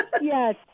Yes